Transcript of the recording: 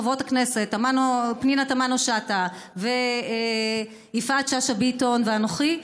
חברות הכנסת פנינה תמנו שטה ויפעת שאשא ביטון ואנוכי,